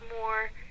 more